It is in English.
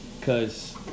cause